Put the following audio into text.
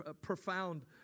profound